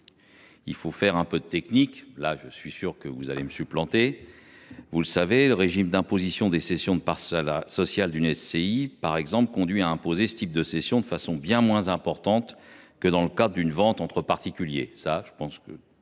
Il faut entrer dans les détails techniques – où je suis sûr que vous allez me supplanter. Vous le savez, le régime d’imposition des cessions de parts sociales d’une SCI, par exemple, conduit à imposer ce type de cession de façon bien moins importante que dans le cadre d’une vente entre particuliers.